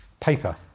paper